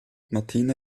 martina